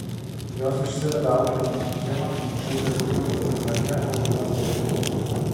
jos išsiveda auklėtinį į kiemą kur žaidžia daugiau tokių namie auginamų vaikų